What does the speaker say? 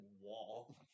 wall